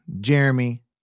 Jeremy